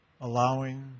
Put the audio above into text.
allowing